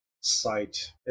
site